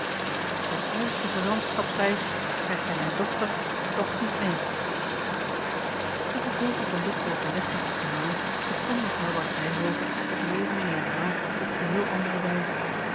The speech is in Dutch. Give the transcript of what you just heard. op zijne eerste gezantschapsreis krijgt hij mijne dochter toch niet mee ten gevolge van dit overleg met haar gemaal begon mevrouw ward ryhove het leven in den haag op geheel andere wijze